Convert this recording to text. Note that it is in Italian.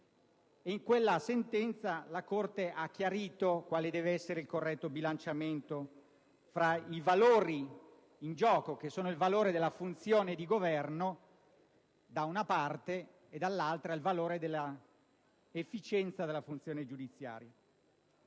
In quella sentenza, la Corte ha chiarito quale debba essere il corretto bilanciamento tra i valori in gioco, che sono la funzione di governo, da una parte, e l'efficienza della funzione giudiziaria,